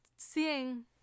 Seeing